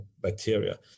bacteria